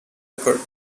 occurred